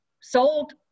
sold